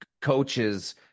coaches